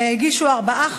הגישו ארבעה חברים,